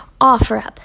OfferUp